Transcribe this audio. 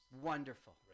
Wonderful